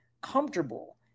comfortable